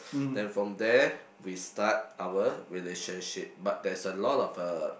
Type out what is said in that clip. then from there we start our relationship but there's a lot of uh